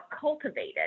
cultivated